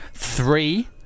Three